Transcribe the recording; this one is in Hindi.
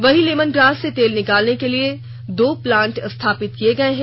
वहीं लेमनग्रास से तेल निकालने के लिए दो प्लांट भी स्थापित किए गए हैं